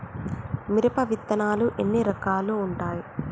మిరప విత్తనాలు ఎన్ని రకాలు ఉంటాయి?